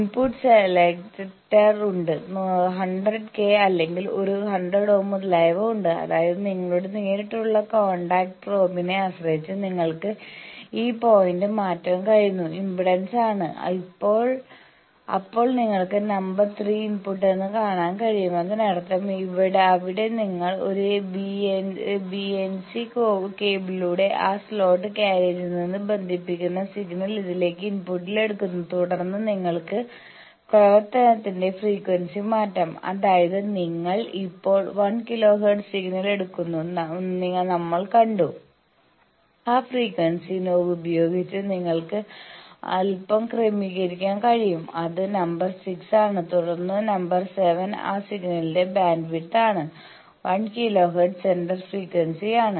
input selector ഉണ്ട് 100 K അല്ലെങ്കിൽ ഒരു 100 ഓം മുതലായവ ഉണ്ട് അതായത് നിങ്ങളുടെ നേരിട്ടുള്ള കോൺടാക്റ്റ് പ്രോബിനെ ആശ്രയിച്ച് നിങ്ങൾക്ക് ഈ പോയിന്റ് മാറ്റാൻ കഴിയുന്ന ഇംപെഡൻസ് ആണ് അപ്പോൾ നിങ്ങൾക്ക് നമ്പർ 3 ഇൻപുട്ടാണെന്ന് കാണാൻ കഴിയും അതിനർത്ഥം അവിടെ നിങ്ങൾ ഒരു ബിഎൻസി കേബിളിലൂടെ ആ സ്ലോട്ട് കാര്യേജിൽ നിന്ന് ബന്ധിപ്പിക്കുന്ന സിഗ്നൽ ഇതിലേക്ക് ഇൻപുട്ടിൽ എടുക്കുന്നു തുടർന്ന് നിങ്ങൾക്ക് പ്രവർത്തനത്തിന്റെ ഫ്രീക്വൻസി മാറ്റാം അതായത് നിങ്ങൾ ഇപ്പോൾ 1 കിലോ ഹെർട്സ് സിഗ്നൽ എടുക്കുന്നത് നമ്മൾ കണ്ടു ആ ഫ്രീക്വൻസി നോബ് ഉപയോഗിച്ച് നിങ്ങൾക്ക് അൽപ്പം ക്രമീകരിക്കാൻ കഴിയും അത് നമ്പർ 6 ആണ് തുടർന്ന് നമ്പർ 7 ആ സിഗ്നലിന്റെ ബാൻഡ്വിഡ്ത്ത് ആണ് 1 കിലോ ഹെർട്സ് സെന്റർ ഫ്രീക്വൻസി യാണ്